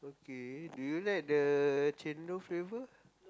okay do you like the chendol flavour